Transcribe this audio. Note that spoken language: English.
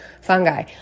fungi